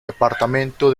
departamento